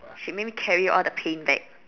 she made me carry all the paint bag